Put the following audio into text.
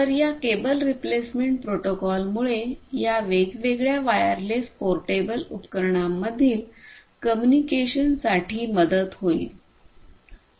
तर या cable replacement प्रोटोकॉलमुळे या वेगवेगळ्या वायरलेस पोर्टेबल उपकरणांमधील कम्युनिकेशन साठी मदत होईल